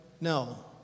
No